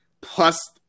plus